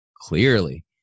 clearly